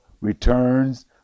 returns